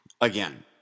again